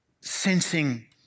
sensing